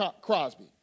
Crosby